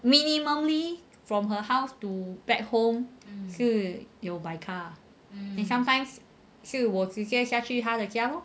minimally from her house to back home 就有 by car lah then sometimes 是我直接下去他的家 lor